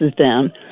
down